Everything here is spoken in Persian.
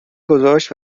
گذاشت